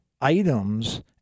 items